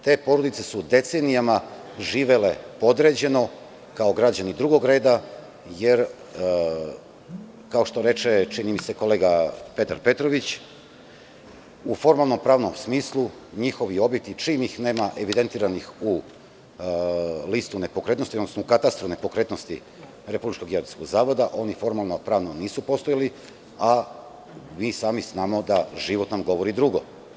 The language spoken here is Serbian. Te porodice su decenijama živele podređeno, kao građani drugog reda, jer kao što reče, čini mi se, kolega Petar Petrović, u formalno-pravnom smislu njihovi objekti, čim ih nema evidentiranih u listu nepokretnosti, odnosno u katastru nepokretnosti Republičkog geodetskog zavoda, nisu postojali, a mi znamo da nam život govori drugo.